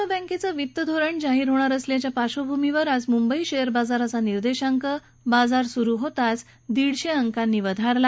reserve बँकेचं वित्त धोरण जाहीर होणार असल्याच्या पार्श्वभूमीवर आज मुंबई शेअर बाजाराचा निर्देशांक बाजार सुरु होताच दीडशे अंकांनी वधारला